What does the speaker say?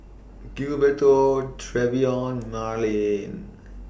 Gilberto Trevion Marylyn